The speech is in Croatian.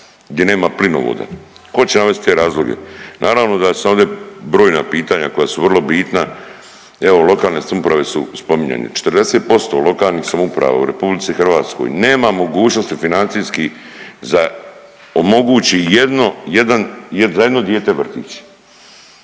gdje nema plinovoda, ko će navest te razloge? Naravno da su ovdje brojna pitanja koja su vrlo bitna. Evo lokalne samouprave su spominjane, 40% lokalnih samouprava u RH nema mogućnosti financijskih za, omogući jedno, jedan,